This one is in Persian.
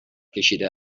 کشیده